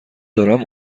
دارم